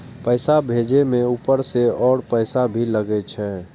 पैसा भेजे में ऊपर से और पैसा भी लगे छै?